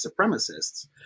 supremacists